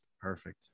Perfect